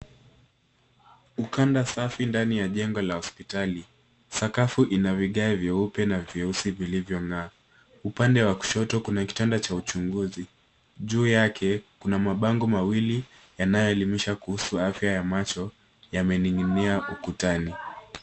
Ukanda safi ndani ya jengo la hospitali. Sakafu ina vigae vyeupe na vyeusi vilivyong'aa. Upande wa kushoto kuna kitanda cha uchunguzi. Juu yake kuna mabango mawili yanayoelimisha kuhusu afya ya macho yamening'inia ukutani.